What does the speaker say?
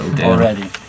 already